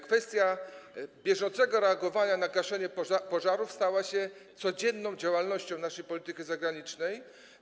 Kwestia bieżącego reagowania, gaszenia pożarów stała się codzienną działalnością naszej polityki zagranicznej.